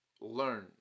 learn